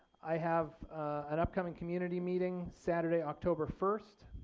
i have an upcoming community meeting saturday october first,